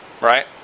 right